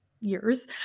years